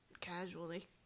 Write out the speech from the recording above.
casually